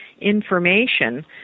information